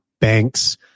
banks